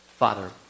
Father